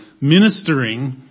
ministering